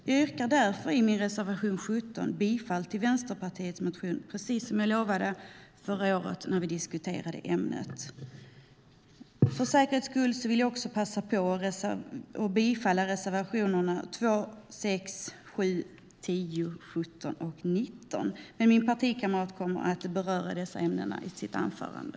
Jag yrkar därför bifall till min reservation 17 med anledning av Vänsterpartiets motion, precis som jag lovade förra året när vi diskuterade detta ämne. För säkerhets skull vill jag också passa på att yrka bifall till reservationerna 2, 6, 7, 10, 17 och 19. Men min partikamrat kommer att beröra dessa ämnen i sitt anförande.